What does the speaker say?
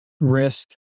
risk